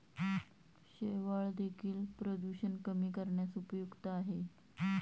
शेवाळं देखील प्रदूषण कमी करण्यास उपयुक्त आहे